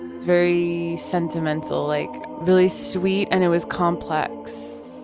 very sentimental, like really sweet and it was complex.